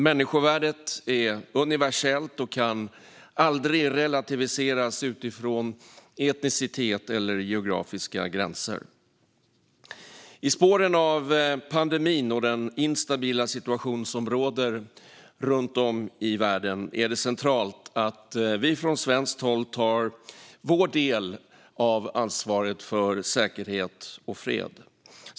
Människovärdet är universellt och kan aldrig relativiseras utifrån etnicitet eller geografiska gränser. I spåren av pandemin och den instabila situation som råder runt om i världen är det centralt att vi från svenskt håll tar vår del av ansvaret för säkerhet och fred.